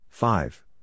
Five